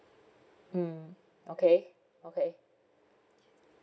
mm okay okay